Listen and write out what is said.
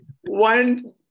One